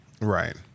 Right